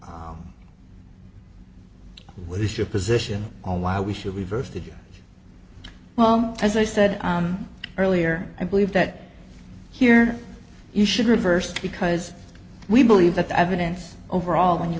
what is your position on why we should reverse the well as i said earlier i believe that here you should reverse because we believe that the evidence overall when you